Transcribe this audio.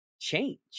change